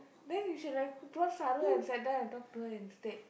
then you should have brought Saro and talked to her instead